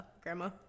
grandma